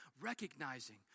Recognizing